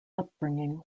upbringing